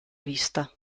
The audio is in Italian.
vista